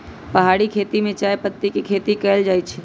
पहारि खेती में चायपत्ती के खेती कएल जाइ छै